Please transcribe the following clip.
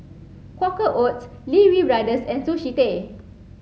Quaker Oats Lee Wee Brothers and Sushi Tei